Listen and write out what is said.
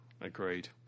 Agreed